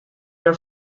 your